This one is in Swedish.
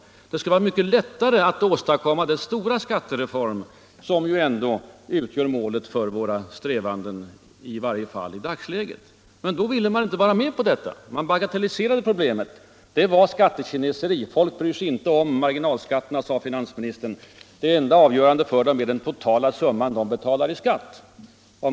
Det skulle ha varit mycket lättare att åstadkomma den stora skattereform som ju ändå utgör målet för våra strävanden, i varje fall i dagsläget. Men då ville man inte vara med på detta. Man bagatelliserade problemet —- det var ”skattekineseri”, sade herr Sträng. Folk bryr sig inte om marginalskatterna, sade finansministern, det enda avgörande för dem är den totala summa de betalar i skatt.